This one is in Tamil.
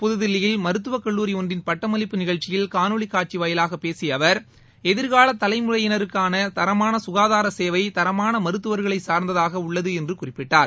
புதுதில்லியில் மருத்துவக்கல்லூரி ஒன்றின் பட்டமளிப்பு நிகழ்ச்சியில் காணொலி காட்சி வாயிலாக பேசிய அவர் எதிர்கால தலைமுறையினருக்கான தரமான சுகாதார சேவை தரமான மருத்துவர்களை சார்ந்ததாக உள்ளது என்று குறிப்பிட்டார்